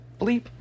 bleep